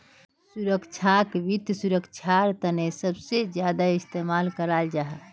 सुरक्षाक वित्त सुरक्षार तने सबसे ज्यादा इस्तेमाल कराल जाहा